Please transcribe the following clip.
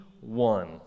one